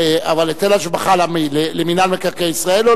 אבל היטל השבחה למינהל מקרקעי ישראל או,